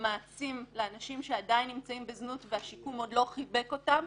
מעצים לאנשים שעדיין נמצאים בזנות והשיקום עוד לא חיבק אותם,